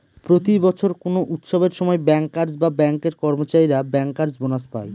প্রতি বছর কোনো উৎসবের সময় ব্যাঙ্কার্স বা ব্যাঙ্কের কর্মচারীরা ব্যাঙ্কার্স বোনাস পায়